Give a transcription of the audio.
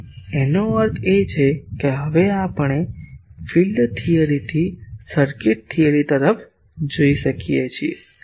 તેથી એનો અર્થ એ કે હવે આપણે ફીલ્ડ થિયરીથી સર્કિટ થિયરી તરફ જઈ શકીએ છીએ